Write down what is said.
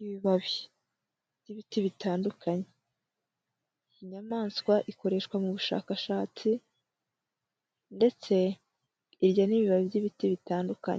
ibibabi n'ibiti bitandukanye; inyamaswa ikoreshwa mu bushakashatsi ndetse irya n'ibibabi by'ibiti bitandukanye.